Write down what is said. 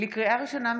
לקריאה ראשונה,